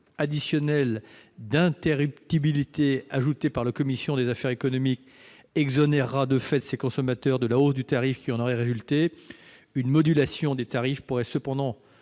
additionnel d'interruptibilité ajouté par la commission des affaires économiques exonérera de fait ces consommateurs de la hausse du tarif qui en aurait résulté, une modulation des tarifs pourrait cependant,